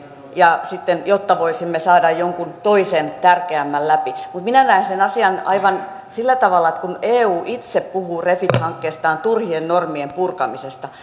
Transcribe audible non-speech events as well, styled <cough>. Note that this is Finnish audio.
jotta sitten voisimme saada jonkun toisen tärkeämmän läpi mutta minä näen sen asian aivan sillä tavalla että kun eu itse puhuu refit hankkeestaan turhien normien purkamisesta <unintelligible>